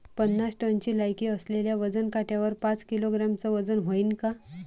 पन्नास टनची लायकी असलेल्या वजन काट्यावर पाच किलोग्रॅमचं वजन व्हईन का?